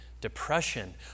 depression